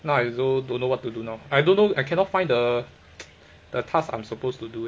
now I also don't know what to do now I don't know I cannot find the the task I'm supposed to do